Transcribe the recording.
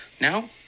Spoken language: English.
Now